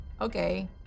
Okay